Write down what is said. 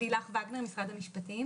לילך וגנר ממשרד המשפטים.